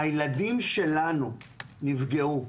הילדים שלנו נפגעו,